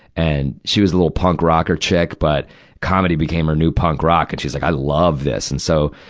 and she was a little punk rocker chick, but comedy became her new punk rock. and she's like, i love this. and so,